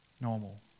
Normal